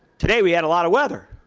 today we had a lot of weather.